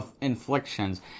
inflictions